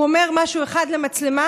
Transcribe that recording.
הוא אומר משהו אחד למצלמה,